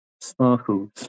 Sparkles